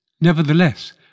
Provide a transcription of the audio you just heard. Nevertheless